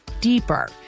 deeper